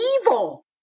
evil